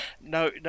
no